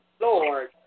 Lord